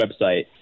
website